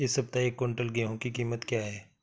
इस सप्ताह एक क्विंटल गेहूँ की कीमत क्या है?